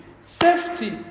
safety